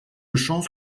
chances